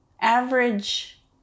average